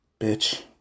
Bitch